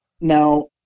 now